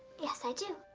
yes, i do.